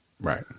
Right